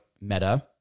meta